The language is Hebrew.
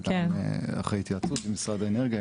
וגם אחרי התייעצות עם משרד האנרגיה,